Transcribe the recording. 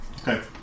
Okay